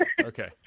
Okay